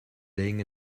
laying